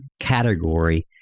category